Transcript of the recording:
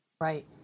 Right